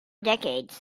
decades